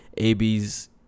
AB's